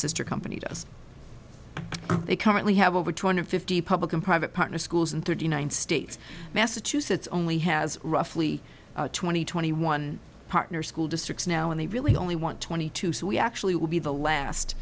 sister company does they currently have over two hundred fifty public and private partner schools and thirty nine states massachusetts only has roughly twenty twenty one partner school districts now and they really only want twenty two so we actually will be the